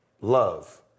love